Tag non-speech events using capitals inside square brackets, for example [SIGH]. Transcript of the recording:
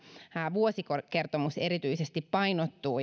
vuosikertomus erityisesti painottuu [UNINTELLIGIBLE]